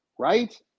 right